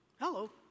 Hello